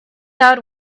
out